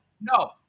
no